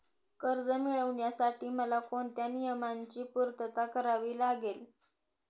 कर्ज मिळविण्यासाठी मला कोणत्या नियमांची पूर्तता करावी लागेल?